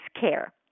care